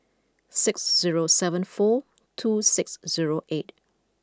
six zero seven four two six zero eight